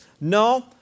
No